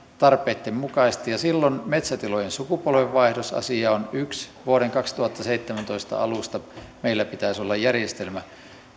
tarpeitten mukaisesti ja silloin metsätilojen sukupolvenvaihdosasia on yksi vuoden kaksituhattaseitsemäntoista alusta meillä pitäisi olla järjestelmä